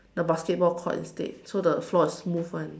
the basketball court instead so the floor is smooth [one]